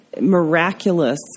miraculous